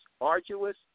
arduous